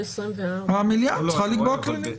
המליאה צריכה לקבוע כללים.